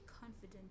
confident